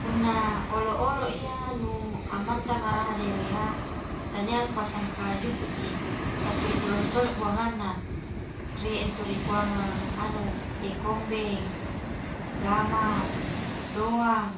Punna olo-olo iya nu amantanga raha di erea tania ngkua sangka juku ji, tapi nu lohe todo buanganna, rie ntu rikuangan anu kombeng, gama, doang,